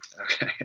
Okay